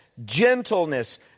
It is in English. gentleness